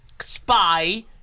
spy